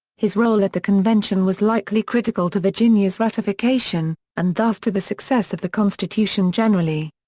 his role at the convention was likely critical to virginia's ratification, and thus to the success of the constitution generally.